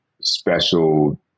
special